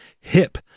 hip